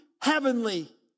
heavenly